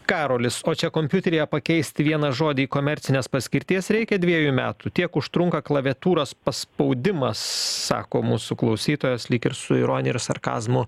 karolis o čia kompiuteryje pakeisti vieną žodį į komercinės paskirties reikia dviejų metų tiek užtrunka klaviatūros paspaudimas sako mūsų klausytojas lyg ir su ironija ir sarkazmu